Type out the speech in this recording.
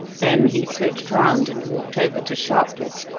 then he switched round and walked over to sharpless,